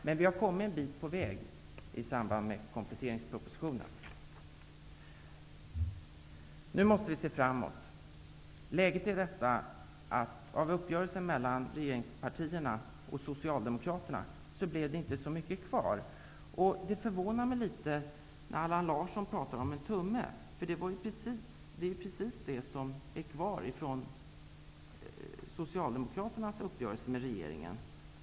Men vi har i samband med kompletteringspropositionen kommit en bit på väg. Nu måste vi se framåt. Av uppgörelsen mellan regeringspartierna och Socialdemokraterna blev det inte så mycket kvar. Det förvånade mig litet att Allan Larsson pratade om en tumme, eftersom det är precis vad som är kvar av Socialdemokraternas uppgörelse med regeringen.